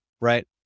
Right